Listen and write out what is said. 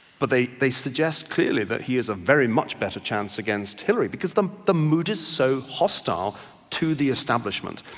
but they they suggest clearly that he has a very much better chance against hillary because the the mood is so hostile to the establishment.